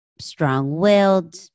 strong-willed